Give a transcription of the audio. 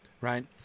Right